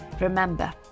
Remember